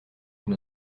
une